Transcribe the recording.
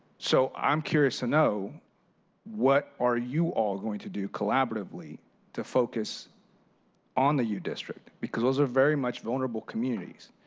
so i'm curious to know what are you all going to do collaboratively to focus on the u district because those are very much vulnerable communities.